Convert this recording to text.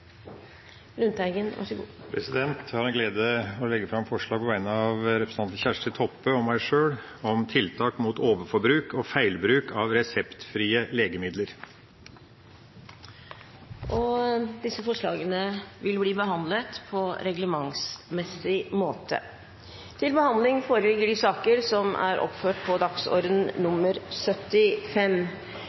Jeg har den glede å legge fram forslag på vegne av stortingsrepresentantene Kjersti Toppe og meg sjøl om tiltak mot overforbruk og feilbruk av reseptfrie legemidler. Forslagene vil bli behandlet på reglementsmessig måte. Etter ønske fra kirke-, utdannings- og forskningskomiteen vil presidenten foreslå at taletiden blir begrenset til